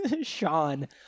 Sean